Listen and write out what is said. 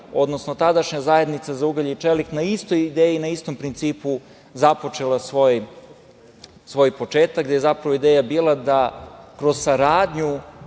odnosno tadašnja Zajednica za ugalj i čelik, na istoj ideji i na istom principu započela svoj početak, da je zapravo ideja bila da kroz saradnju